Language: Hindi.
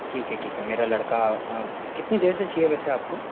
ठीक है ठीक है मेरा लड़का कितनी देर से चाहिए वैसे आपको